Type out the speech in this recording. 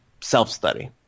self-study